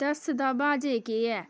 दस दा बाह्जे केह् ऐ